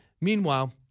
Meanwhile